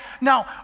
Now